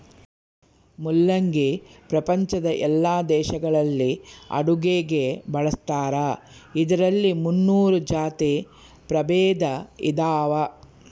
ಮುಲ್ಲಂಗಿ ಪ್ರಪಂಚದ ಎಲ್ಲಾ ದೇಶಗಳಲ್ಲಿ ಅಡುಗೆಗೆ ಬಳಸ್ತಾರ ಇದರಲ್ಲಿ ಮುನ್ನೂರು ಜಾತಿ ಪ್ರಭೇದ ಇದಾವ